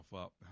up